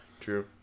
true